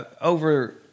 over